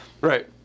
Right